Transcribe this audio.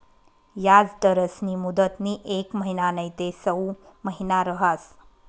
याजदरस्नी मुदतनी येक महिना नैते सऊ महिना रहास